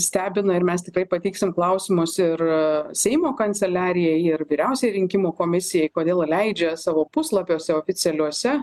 stebina ir mes tikrai pateiksim klausimus ir seimo kanceliarijai ir vyriausiajai rinkimų komisijai kodėl leidžia savo puslapiuose oficialiuose